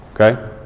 okay